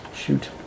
shoot